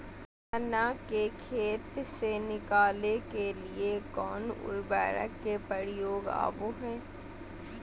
चना के खेत से निकाले के लिए कौन उपकरण के प्रयोग में आबो है?